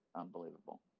unbelievable